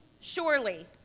Surely